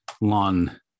lawn